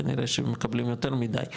כנראה שהם מקבלים יותר מידי,